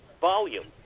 Volume